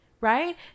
right